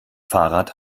fahrrad